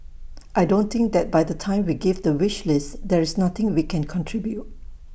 I don't think that by the time we give the wish list there is nothing we can contribute